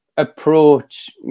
approach